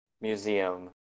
museum